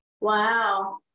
wow